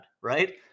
right